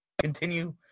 continue